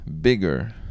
bigger